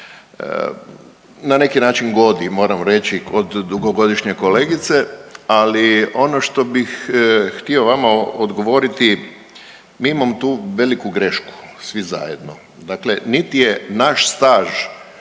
na neki način godi moram reći od dugogodišnje kolegice, ali ono što bih htio vama odgovoriti, mi imamo tu veliku grešku svi zajedno, dakle niti je naš staž